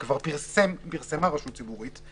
שכבר פרסמה רשות ציבורית,